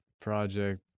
Project